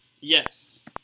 Yes